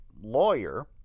Lawyer